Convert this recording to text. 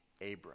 Abram